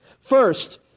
First